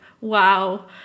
wow